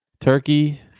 turkey